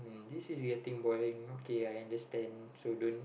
um this is getting boring okay I understand so don't